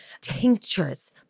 Tinctures